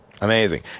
Amazing